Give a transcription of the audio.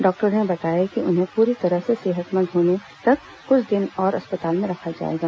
डॉक्टरों ने बताया कि उन्हें पूरी तरह से सेहतमंद होने तक कुछ दिन और अस्पताल में रखा जाएगा